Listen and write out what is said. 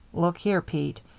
look here, pete.